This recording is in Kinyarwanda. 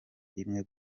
rimwe